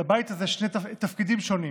שני תפקידים שונים: